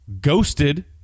Ghosted